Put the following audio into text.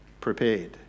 prepared